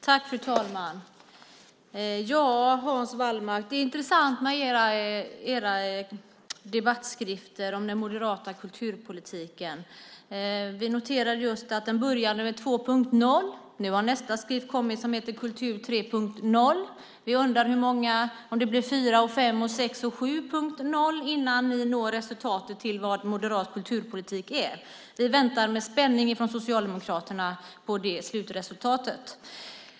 Fru talman! Ja, Hans Wallmark, det är intressant med era debattskrifter om den moderata kulturpolitiken. Vi noterade just att det började med Kultur 2.0 . Nu har nästa skrift kommit som heter Kultur 3.0 . Vi undrar om det blir 4.0, 5.0, 6.0 och 7.0 innan ni når resultatet i moderat kulturpolitik. Vi väntar med spänning från Socialdemokraterna på slutresultatet.